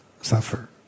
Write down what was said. suffer